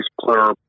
player